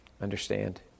understand